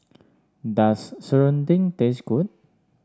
does serunding taste good